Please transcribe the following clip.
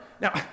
Now